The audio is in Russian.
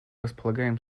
располагаем